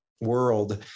world